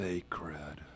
Sacred